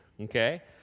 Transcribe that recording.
okay